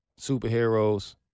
superheroes